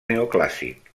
neoclàssic